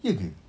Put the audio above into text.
ye ke